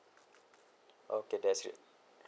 okay that's great